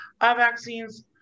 vaccines